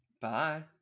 Bye